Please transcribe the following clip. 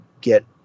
get